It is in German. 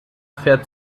fährt